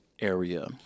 area